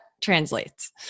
translates